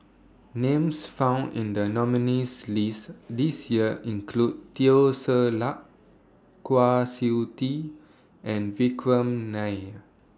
Names found in The nominees' list This Year include Teo Ser Luck Kwa Siew Tee and Vikram Nair